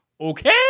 okay